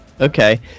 Okay